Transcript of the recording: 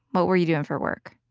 what were you doing for work?